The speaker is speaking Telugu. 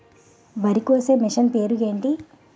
వరి కోసే మిషన్ పేరు ఏంటి